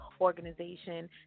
organization